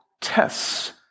tests